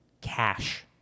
cash